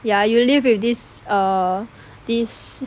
ya you live with this err this